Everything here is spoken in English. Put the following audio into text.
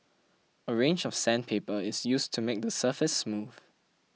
a range of sandpaper is used to make the surface smooth